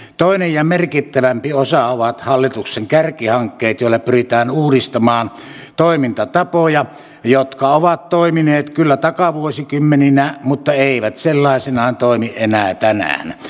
toinen ja merkittävämpi osa ovat hallituksen kärkihankkeet joilla pyritään uudistamaan toimintatapoja jotka ovat toimineet kyllä takavuosikymmeninä mutta eivät sellaisinaan toimi enää tänään